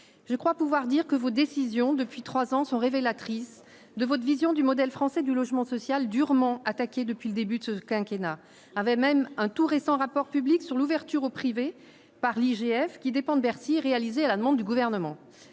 je crois pouvoir dire que vos décisions depuis 3 ans, sont révélatrices de votre vision du modèle français du logement social durement attaqué depuis le début de ce quinquennat avait même un tout récent rapport public sur l'ouverture au privé par l'IGF qui dépend de Bercy, réalisée à la demande du gouvernement,